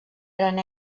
gran